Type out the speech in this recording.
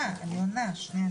שנייה,